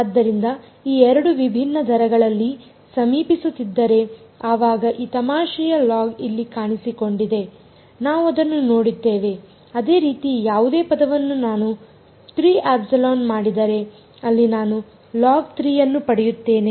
ಆದ್ದರಿಂದ ಈ 2 ವಿಭಿನ್ನ ದರಗಳಲ್ಲಿ ಸಮೀಪಿಸುತ್ತಿದ್ದರೆ ಆವಾಗ ಈ ತಮಾಷೆಯ ಲಾಗ್ ಇಲ್ಲಿ ಕಾಣಿಸಿಕೊಂಡಿದೆ ನಾವು ಅದನ್ನು ನೋಡಿದ್ದೇವೆ ಅದೇ ರೀತಿ ಯಾವುದೇ ಪದವನ್ನು ನಾನು 3ε ಮಾಡಿದರೆ ಅಲ್ಲಿ ನಾನು ಲಾಗ್ 3 ಅನ್ನು ಪಡೆಯುತ್ತೇನೆ